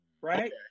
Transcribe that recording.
right